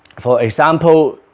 for example